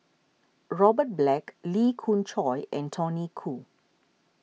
Robert Black Lee Khoon Choy and Tony Khoo